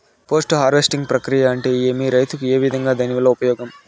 Post harvesting ప్రక్రియ అంటే ఏమి? రైతుకు ఏ విధంగా దాని వల్ల ఉపయోగం?